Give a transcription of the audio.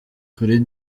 kuri